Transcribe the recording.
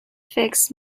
fixed